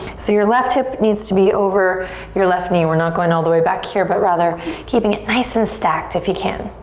so your left hip needs to be over your left knee. we're not going all the way back here but rather keeping it nice and stacked if you can.